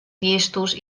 llestos